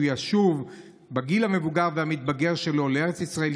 ישוב בגיל המבוגר והמתבגר שלו לארץ ישראל,